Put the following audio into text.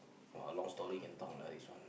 !wah! long story can talk lah this one